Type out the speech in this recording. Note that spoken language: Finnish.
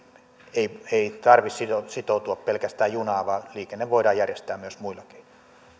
ei ei tarvitse sitoutua pelkästään junaan vaan liikenne voidaan järjestää myös muilla keinoin